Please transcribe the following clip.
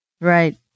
Right